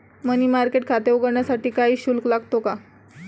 मनी market खाते उघडण्यासाठी काही शुल्क लागतो का?